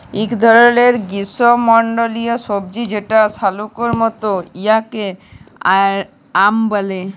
ইক ধরলের গিস্যমল্ডলীয় সবজি যেট শাকালুর মত উয়াকে য়াম ব্যলে